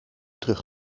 terug